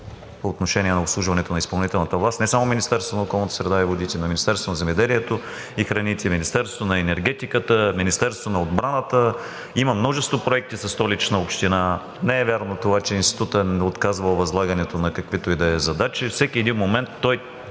по отношение на обслужването на изпълнителната власт, не само на Министерството на околната среда и водите, но и на Министерството на земеделието и храните, на Министерството на енергетиката, на Министерството на отбраната. Има множество проекти и със Столична община. Не е вярно това, че Институтът е отказвал възлагането на каквито и да е задачи. Във всеки момент на